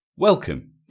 Welcome